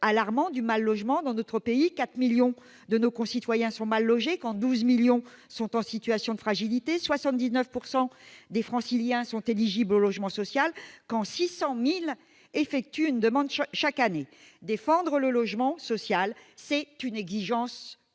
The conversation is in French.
alarmant du mal-logement dans notre pays 4 millions de nos concitoyens sont mal logés, compte 12 millions sont en situation de fragilité 79 pourcent des des Franciliens sont éligibles au logement social, quand 600000 effectue une demande chaque année, défendre le logement social, c'est une exigence